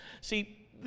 See